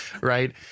right